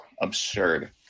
absurd